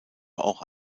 auch